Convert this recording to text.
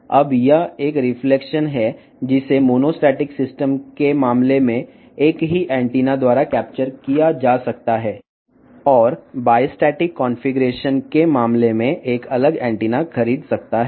ఇప్పుడు ఇది ప్రతిబింబం మోనోస్టాటిక్ వ్యవస్థ విషయంలో అదే యాంటెన్నా చేత సంగ్రహించబడుతుంది మరియు బిస్టాటిక్ కాన్ఫిగరేషన్ విషయంలో వేరే యాంటెన్నా కొనవచ్చును